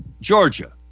Georgia